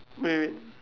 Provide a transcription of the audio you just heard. wait wait